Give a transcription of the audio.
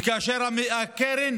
וכאשר הקרן